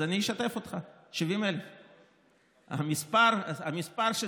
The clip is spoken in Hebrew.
אז אני אשתף אותך: 70,000. המספר שציינת